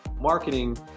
Marketing